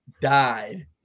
died